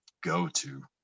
go-to